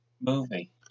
movie